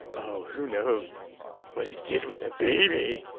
oh, who knows what he did with that baby?